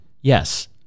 Yes